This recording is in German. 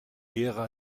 ära